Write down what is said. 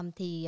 Thì